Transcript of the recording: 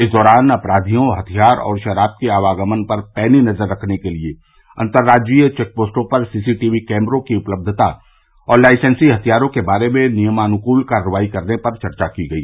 इस दौरान अपराधियों हथियार और शराब के आवागमन पर पैनी नज़र रखने के लिए अतर्राज्यीय चेकपोस्टों पर सीसीटीवी कैमरों की उपलब्धता और लाइसेंसी हथियारों के बारे में नियमानुकूल कार्रवाई करने पर चर्चा की गई